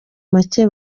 make